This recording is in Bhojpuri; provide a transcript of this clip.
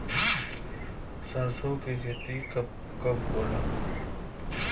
सरसों के खेती कब कब होला?